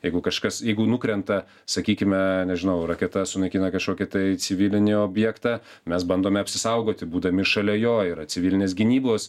jeigu kažkas jeigu nukrenta sakykime nežinau raketa sunaikina kažkokį tai civilinį objektą mes bandome apsisaugoti būdami šalia jo yra civilinės gynybos